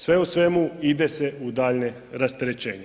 Sve u svemu ide se u daljnje rasterećenje.